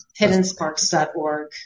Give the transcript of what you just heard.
Hiddensparks.org